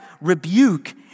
rebuke